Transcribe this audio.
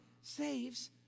saves